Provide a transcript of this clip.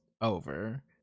over